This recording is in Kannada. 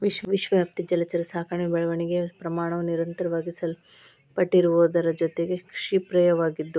ವಿಶ್ವವ್ಯಾಪಿ ಜಲಚರ ಸಾಕಣೆಯ ಬೆಳವಣಿಗೆಯ ಪ್ರಮಾಣವು ನಿರಂತರವಾಗಿ ಸಲ್ಪಟ್ಟಿರುವುದರ ಜೊತೆಗೆ ಕ್ಷಿಪ್ರವಾಗಿದ್ದು